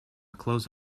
close